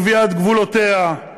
לקביעת גבולותיה,